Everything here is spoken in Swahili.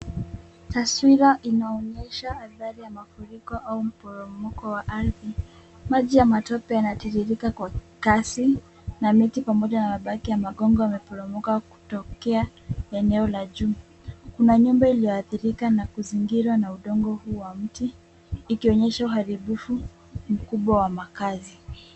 Taswira inaonyesha athari ya mafuriko au mporomoko wa ardhi. Maji ya matope yanatiririka kwa kasi na miti pamoja na mabaki ya magongo yameporomoka kutokea eneo la juu. Kuna nyumba iliyoathirika na kuzingirwa na udongo huu wa mti, ikionyesha uharibifu mkubwa wa makaazi.